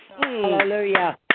Hallelujah